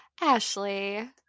Ashley